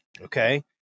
Okay